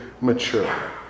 mature